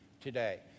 today